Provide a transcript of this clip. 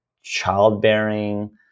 childbearing